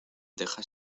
deja